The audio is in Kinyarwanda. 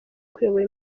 kuyobora